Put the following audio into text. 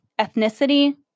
ethnicity